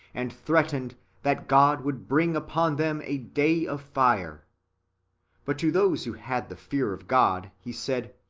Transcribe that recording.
and threatened that god would bring upon them a day of fire but to those who had the fear of god he said,